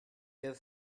give